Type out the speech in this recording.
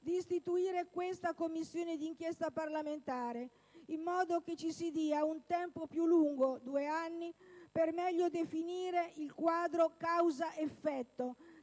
di istituire questa Commissione di inchiesta parlamentare, in modo che ci si dia un tempo più lungo - due anni - per meglio definire il quadro causa‑effetto